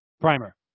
primer